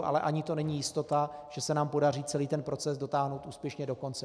Ale ani to není jistota, že se nám podaří celý ten proces dotáhnout úspěšně do konce.